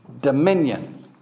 Dominion